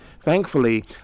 Thankfully